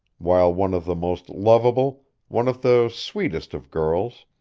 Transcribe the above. while one of the most lovable, one of the sweetest of girls,